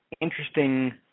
interesting